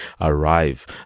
arrive